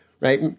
right